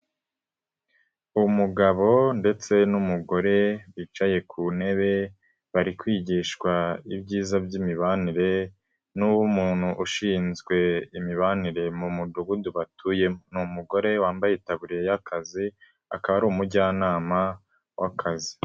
Umugabo ndetse n'umugore bicaye ku ntebe, bari kwigishwa ibyiza by'imibanire n'umuntu ushinzwe imibanire mu mudugudu batuyemo. Ni umugore wambaye itaburiya y'akazi, akaba ari umujyanama w'akazi.